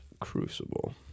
Crucible